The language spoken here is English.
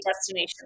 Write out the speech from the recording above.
destination